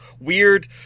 weird